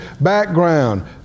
background